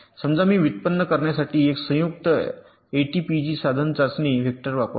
समजा मी व्युत्पन्न करण्यासाठी एक संयुक्त एटीपीजी साधन चाचणी वेक्टर वापरतो